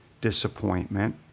disappointment